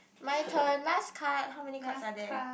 my turn last card how many cards are there